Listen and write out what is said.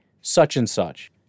such-and-such